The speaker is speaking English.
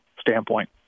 standpoint